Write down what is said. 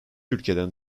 ülkeden